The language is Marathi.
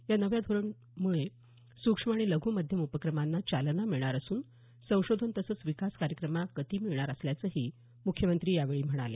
या नव्या उद्योग धोरणामुळे सुक्ष्म आणि लघ् मध्यम उपक्रमांना चालना मिळणार असून संशोधन तसंच विकास कार्यक्रमांना गती मिळणार असल्याचंही मुख्यमंत्री यावेळी म्हणाले